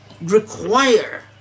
require